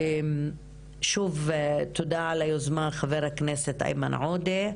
שוב, תודה על היוזמה, חה"כ איימן עודה,